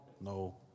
no